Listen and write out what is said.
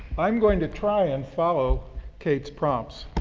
i'm going to try and follow kate's prompts.